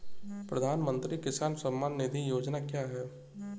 प्रधानमंत्री किसान सम्मान निधि योजना क्या है?